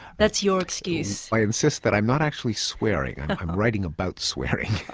that's your excuse! i insist that i'm not actually swearing, i'm writing about swearing.